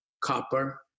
copper